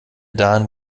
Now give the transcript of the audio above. dahin